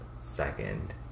second